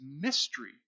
mystery